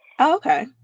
Okay